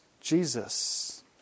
Jesus